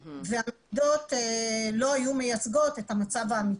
והמדידות לא היו מייצגות את המצב האמיתי.